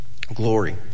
glory